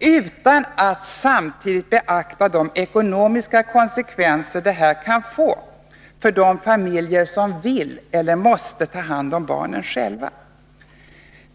utan att samtidigt beakta de ekonomiska konsekvenser detta skulle få för de familjer som vill eller måste ta hand om barnen själva.